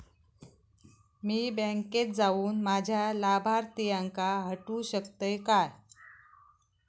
मी बँकेत जाऊन माझ्या लाभारतीयांका हटवू शकतय काय?